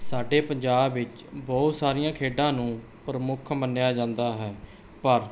ਸਾਡੇ ਪੰਜਾਬ ਵਿੱਚ ਬਹੁਤ ਸਾਰੀਆਂ ਖੇਡਾਂ ਨੂੰ ਪ੍ਰਮੁੱਖ ਮੰਨਿਆ ਜਾਂਦਾ ਹੈ ਪਰ